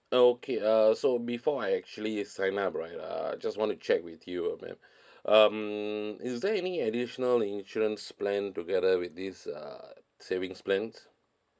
ah okay uh so before I actually sign up right uh I just want to check with you ah ma'am um is there any additional insurance plan together with this uh savings plans